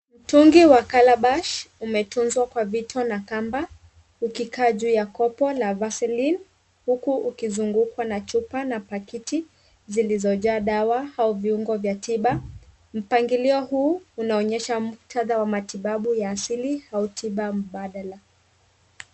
Mtungi wa Calabash umetunzwa kwa vito na kamba, ukikaa ju ya kopo la Vaseline, huku ukizungukwa na chupa na pakiti zilizojaa dawa za viungo vya tiba. Mpangilio huu unaonyesha muktadha wa matibabu ya asili au tiba mbadala.